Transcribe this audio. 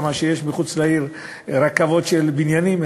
ששם יש מחוץ לעיר רכבות של בניינים,